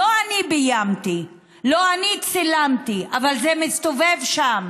לא אני ביימתי, לא אני צילמתי, אבל זה מסתובב שם.